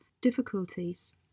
difficulties